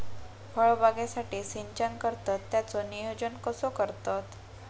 फळबागेसाठी सिंचन करतत त्याचो नियोजन कसो करतत?